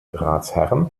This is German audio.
ratsherren